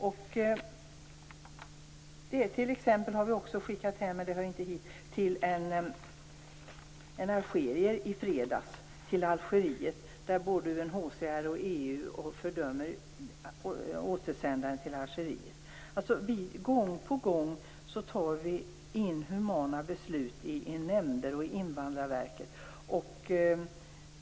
Jag vill, även om det inte hör hit, säga att vi i fredags skickade hem en algerier till Algeriet. Både UNHCR och EU fördömer ett återsändande till Algeriet. Man tar gång på gång inhumana beslut i nämnder och i Invandrarverket.